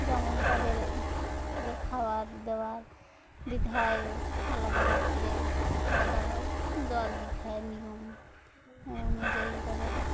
যেমন তাদের তাদের খাবার দাবার দিতে হয় আলাদা পাত্রে আলাদা জল দিতে হয় নিয়ম অনুযায়ী তাদের